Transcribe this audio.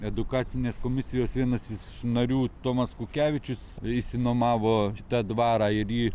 edukacinės komisijos vienas iš narių tomas kukevičius išsinuomavo šitą dvarą ir jį